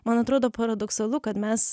man atrodo paradoksalu kad mes